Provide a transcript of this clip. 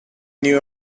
new